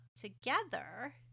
together